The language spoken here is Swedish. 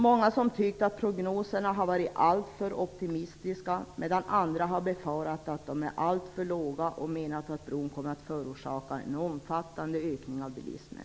Många har tyckt att prognoserna har varit alltför optimistiska, medan andra har befarat att de är alltför låga och menat att bron kommer att förorsaka en omfattande ökning av bilismen.